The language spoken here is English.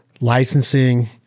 licensing